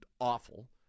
awful